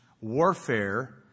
warfare